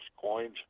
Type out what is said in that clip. coins